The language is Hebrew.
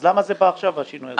אז למה זה בא עכשיו, השינוי הזה?